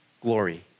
Glory